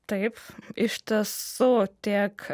taip iš tiesų tiek